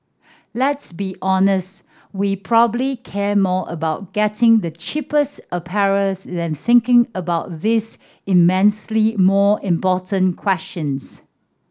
let's be honest we probably care more about getting the cheapest apparels than thinking about these immensely more important questions